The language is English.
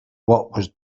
was